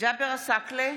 ג'אבר עסאקלה,